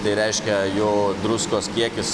tai reiškia jo druskos kiekis